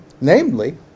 namely